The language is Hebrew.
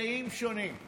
אמצעים שונים.